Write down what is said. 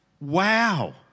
Wow